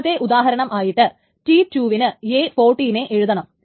രണ്ടാമത്തെ ഉദാഹരണം ആയിട്ട് T2 നു a14 നെ എഴുതണം